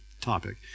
topic